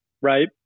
right